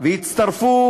והצטרפו